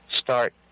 start